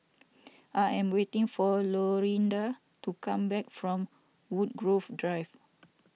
I am waiting for Lorinda to come back from Woodgrove Drive